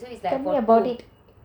so is like a food